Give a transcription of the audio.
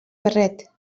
barret